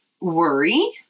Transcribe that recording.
Worry